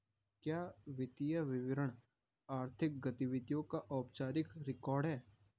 क्या वित्तीय विवरण आर्थिक गतिविधियों का औपचारिक रिकॉर्ड है?